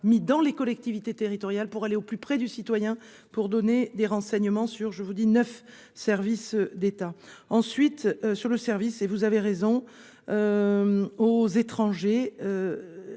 mis dans les collectivités territoriales pour aller au plus près du citoyen pour donner des renseignements sur, je vous dis neuf service d'état ensuite sur le service et vous avez raison. Aux étrangers.